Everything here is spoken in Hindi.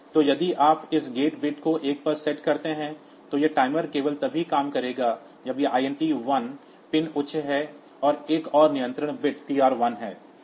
तो यदि आप इस गेट बिट को एक पर सेट करते हैं तो यह टाइमर केवल तभी काम करेगा जब यह INT 1 पिन उच्च है और एक और नियंत्रण बिट TR1 है